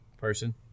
person